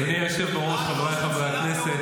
אדוני היושב-בראש, חבריי חברי הכנסת.